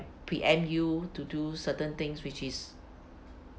preempt you to do certain things which is